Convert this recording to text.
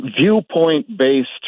viewpoint-based